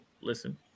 Listen